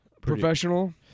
professional